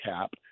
cap